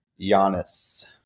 Giannis